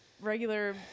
regular